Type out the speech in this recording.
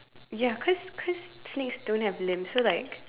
ya cause cause snakes don't have limbs so like